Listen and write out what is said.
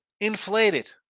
inflated